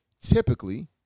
typically